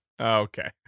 Okay